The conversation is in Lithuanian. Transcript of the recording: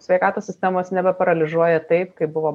sveikatos sistemos nebeparalyžiuoja taip kaip buvo